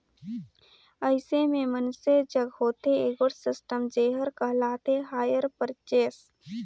अइसे में मइनसे जग होथे एगोट सिस्टम जेहर कहलाथे हायर परचेस